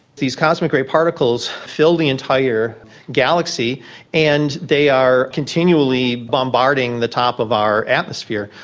these cosmic ray particles fill the entire galaxy and they are continually bombarding the top of our atmosphere.